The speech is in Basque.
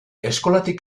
eskolatik